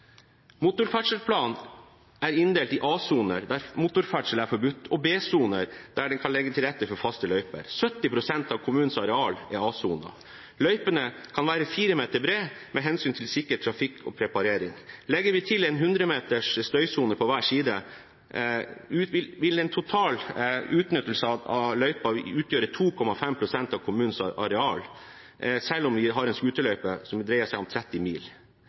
Motorferdselsplanen er inndelt i A-soner, der motorferdsel er forbudt, og B-soner, der en kan legge til rette for faste løyper. 70 pst. av kommunens areal er A-soner. Løypene kan være 4 meter brede av hensyn til sikker trafikk og preparering. Legger vi til en 100 meters støysone på hver side, vil en total utnyttelse av løypa utgjøre 2,5 pst. av kommunens areal, selv om vi har en scooterløype på 30 mil.